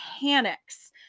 panics